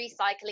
recycling